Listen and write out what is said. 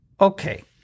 Okay